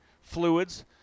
fluids